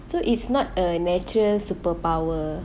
so it's not a natural superpower